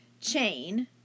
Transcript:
chain